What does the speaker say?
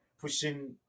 pushing